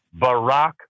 Barack